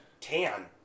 tan